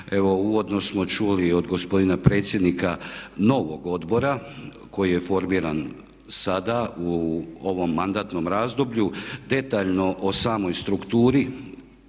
uvodno smo čuli od gospodina predsjednika novog odbora koji je formiran sada u ovom mandatnom razdoblju detaljno o samoj strukturi